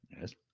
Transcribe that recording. yes